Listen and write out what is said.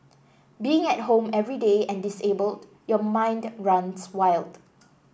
being at home every day and disabled your mind runs wild